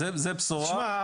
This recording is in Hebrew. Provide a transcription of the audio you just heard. תשמע,